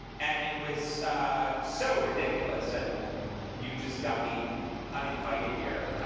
and it was so ridiculous. and you just got me uninvited here.